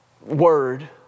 word